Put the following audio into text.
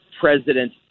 president